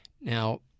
Now